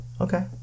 Okay